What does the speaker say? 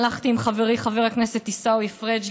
הלכתי עם חברי חבר הכנסת עיסאווי פריג'